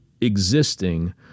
existing